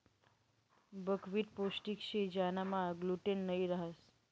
buckwheat पोष्टिक शे ज्यानामा ग्लूटेन नयी रहास